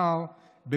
בבקשה, כולם לשבת במקום.